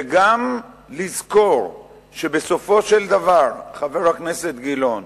וגם לזכור שבסופו של דבר, חבר הכנסת גילאון,